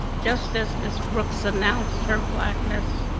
just as miss brooks announced her blackness